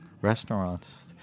restaurants